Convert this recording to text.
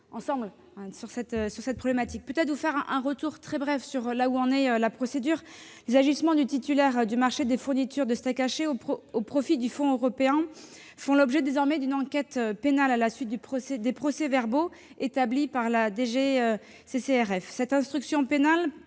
ensemble. Je vais vous indiquer très brièvement où en est la procédure. Les agissements du titulaire du marché des fournitures de steaks hachés au profit du fonds européen font l'objet désormais d'une enquête pénale à la suite des procès-verbaux établis par la DGCCRF. Cette instruction pénale